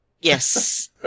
Yes